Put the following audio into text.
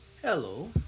Hello